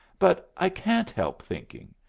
but i can't help thinking.